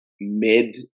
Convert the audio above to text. mid